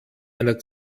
einer